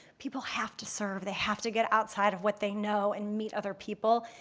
people have to serve. they have to get outside of what they know and meet other people.